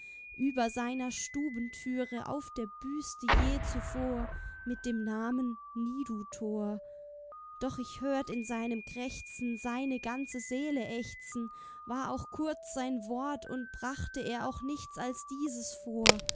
über seiner stubentüre auf der büste je zuvor mit dem namen nie du tor doch ich hört in seinem krächzen seine ganze seele ächzen war auch kurz sein wort und brachte er auch nichts als dieses vor